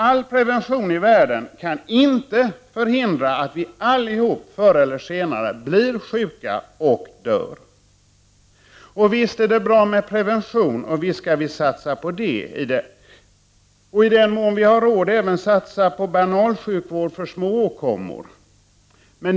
All prevention i världen kan inte förhindra att vi allihop förr eller senare blir sjuka och dör. Visst är det bra med prevention! Visst skall vi satsa på det och i den mån vi har råd även satsa på banalsjukvård för smååkommor.